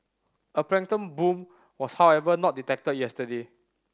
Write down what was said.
a plankton bloom was however not detected yesterday